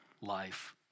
life